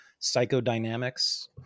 psychodynamics